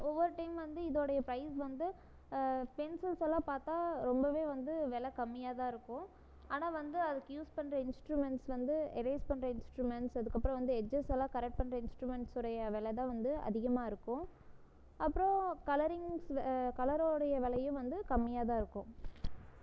ஒவ்வொரு டைம் வந்து இதோடைய பிரைஸ் வந்து பென்சில்ஸ் எல்லாம் பார்த்தா ரொம்பவே வந்து விலை கம்மியாகதான் இருக்கும் ஆனால் வந்து அதுக்கு வந்து யூஸ் பண்ணுற இன்ஸ்ட்ரூமென்ட்ஸ் வந்து எரேஸ் பண்ணுற இன்ஸ்ட்ரூமென்ட்ஸ் அதுக்கப்புறம் வந்து எட்ஜஸ் எல்லாம் கரெக்ட் பண்ணுற இன்ட்ஸ்ட்ரூமென்ட்ஸ் உடைய விலை தான் வந்து அதிகமாக இருக்கும் அப்புறம் கலரிங் கலரோட விலையும் வந்து கம்மியாகதான் இருக்கும்